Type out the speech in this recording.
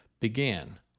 began